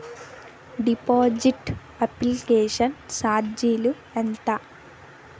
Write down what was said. Deposit application charges ఎంత?